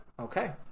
Okay